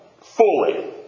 fully